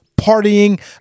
Partying